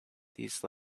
these